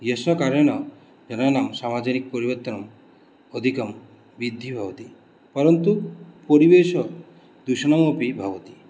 यस्य कारणेन जनानां सामाजिकपरिवर्तनम् अधिकं वृद्धिः भवति परन्तु परिवेशदूषणमपि भवति